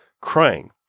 crying